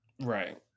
Right